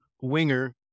Winger